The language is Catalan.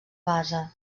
base